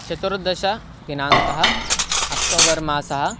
चतुर्दशः दिनाङ्कः अक्टोबर् मासः